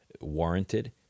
warranted